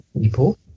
people